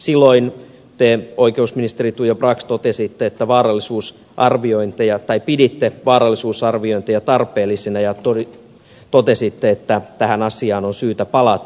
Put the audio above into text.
silloin te oikeusministeri tuija brax totesitte että varallisuus arviointeja tai piditte vaarallisuusarviointeja tarpeellisina ja totesitte että tähän asiaan on syytä palata